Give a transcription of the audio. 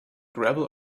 gravel